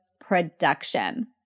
production